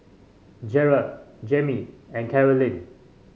Jarrett Jermey and Carolyn